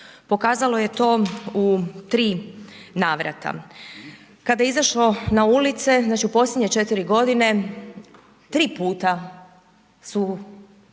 pokazalo je to u tri navrata. Kada je izašlo na ulice, znači u posljednje 4 g., tri puta su